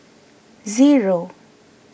zero